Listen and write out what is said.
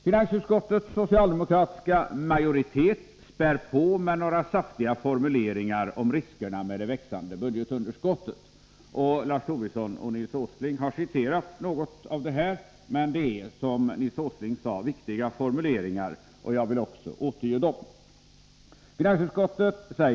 Finansutskottets socialdemokratiska majoritet späder på med några saftiga formuleringar om riskerna med det växande budgetunderskottet. Lars Tobisson och Nils Åsling har citerat något av det här, men det är, som Nils Åsling sade, viktiga formuleringar. Även jag vill därför återge dem.